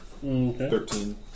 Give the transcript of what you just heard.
Thirteen